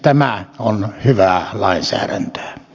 tämä on hyvää lainsäädäntöä e